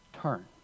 turn